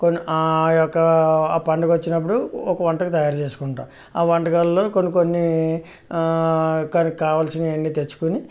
కొన్ని ఆ యొక్క ఆ పండుగ వచ్చినప్పుడు ఒక వంట తయారు చేసుకుంటాం ఆ వంటకాలలో కొన్ని కొన్ని కావాల్సినవన్నీ తెచ్చుకొని